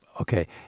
okay